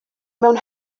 mewn